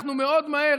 אנחנו מאוד מהר,